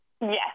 Yes